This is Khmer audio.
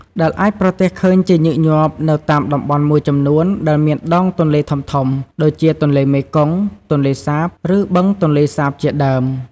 ដែលអាចប្រទះឃើញជាញឹកញាប់នៅតាមតំបន់មួយចំនួនដែលមានដងទន្លេធំៗ ដូចជាទន្លេមេគង្គ ទន្លេសាប ឬបឹងទន្លេសាបជាដើម។